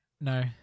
No